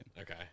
Okay